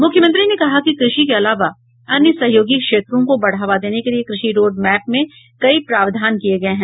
मुख्यमंत्री ने कहा कि कृषि के अलावा अन्य सहयोगी क्षेत्रों को बढ़ावा देने के लिये कृषि रोड मैप में कई प्रावधान किये गये हैं